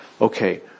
Okay